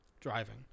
driving